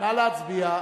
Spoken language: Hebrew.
נא להצביע.